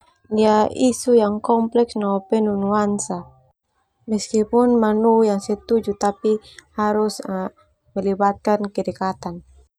Nia isu yang kompleks no penuh nuansa meskipun mau yang setuju tapi harus melibatkan kedekatan.